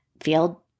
feel